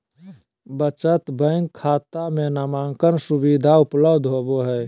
बचत बैंक खाता में नामांकन सुविधा उपलब्ध होबो हइ